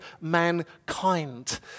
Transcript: mankind